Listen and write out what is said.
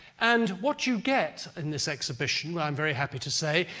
and what you get in this exhibition, but i'm very happy to say,